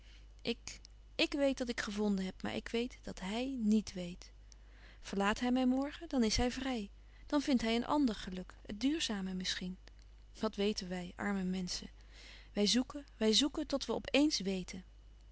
ik ik weet dat ik gevonden heb maar ik weet dat hij niet weet verlaat hij mij morgen dan is hij vrij dan vindt hij een ander geluk het duurzame misschien wat weten wij arme menschen wij zoeken wij zoeken tot we op eens weten